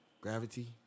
Gravity